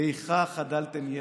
איכה חדלתם ישע!